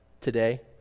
today